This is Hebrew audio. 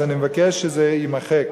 אז אני מבקש שזה יימחק,